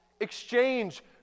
exchange